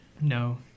no